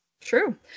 true